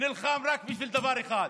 ונלחם רק בשביל דבר אחד,